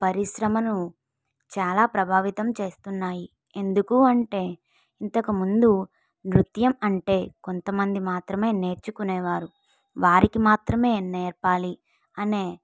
పరిశ్రమను చాలా ప్రభావితం చేస్తున్నాయి ఎందుకు అంటే ఇంతకు ముందు నృత్యం అంటే కొంత మంది మాత్రమే నేర్చుకునే వారు వారికి మాత్రమే నేర్పాలి అనే